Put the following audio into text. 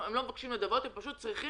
הם לא מבקשים נדבות, הם פשוט צריכים